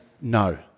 no